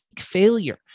failure